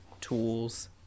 tools